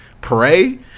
pray